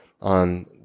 on